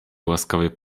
łaskawy